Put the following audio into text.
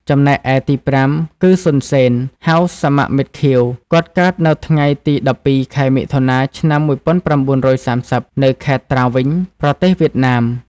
ចំណែកឯទីប្រាំគឺ សុន សេន (ហៅសមមិត្ត ខៀវ) គាត់កើតនៅថ្ងៃទី១២ ខែមិថុនា ឆ្នាំ១៩៣០ នៅខេត្តត្រាវិញ ប្រទេសវៀតណាម។